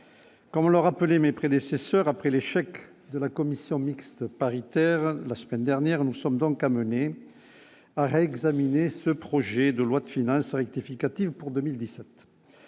comme le rappelait mes prédécesseurs, après l'échec de la commission mixte paritaire la semaine dernière, nous sommes donc amenés à examiner ce projet de loi de finances ce rectificatif pour 2017